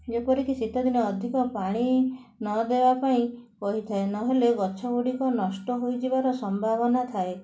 ଯେପରିକି ଶୀତଦିନ ଅଧିକ ପାଣି ନ ଦେବା ପାଇଁ କହିଥାଏ ନ ହେଲେ ଗଛ ଗୁଡ଼ିକ ନଷ୍ଟ ହୋଇଯିବାର ସମ୍ଭାବନା ଥାଏ